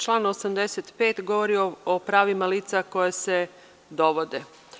Član 85. govori o pravima lica koja se dovode.